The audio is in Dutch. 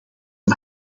een